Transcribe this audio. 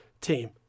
team